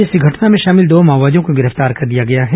इस घटना में शामिल दो माओवादियों को गिरफ्तार कर लिया गया है